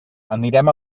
anirem